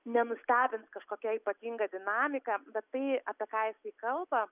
nenustebins kažkokia ypatinga dinamika bet tai apie ką jisai kalba